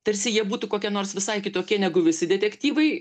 tarsi jie būtų kokie nors visai kitokie negu visi detektyvai